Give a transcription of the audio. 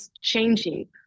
changing